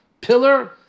pillar